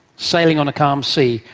sailing on a calm sea.